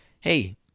Hey